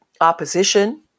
opposition